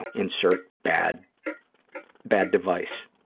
insert bad bad device,